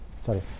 Sorry